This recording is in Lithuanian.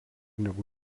negu